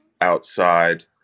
outside